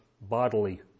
bodily